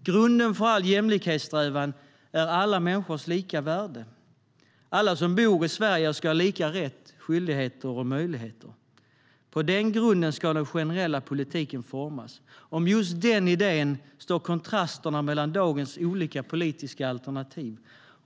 Grunden för all jämlikhetssträvan är alla människors lika värde. Alla som bor i Sverige ska ha lika rättigheter, skyldigheter och möjligheter. På den grunden ska den generella politiken formas. Om just den idén står kontrasterna mellan dagens olika politiska alternativ.